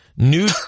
New